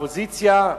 האופוזיציה,